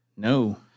No